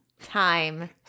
Time